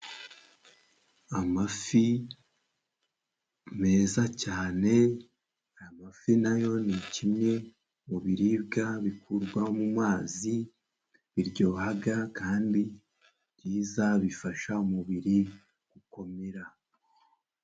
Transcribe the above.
Amafi meza cyane amafi nayo ni kimwe mu biribwa bikurwa mu mazi, biryohaga kandi byiza bifasha umubiri gukomera.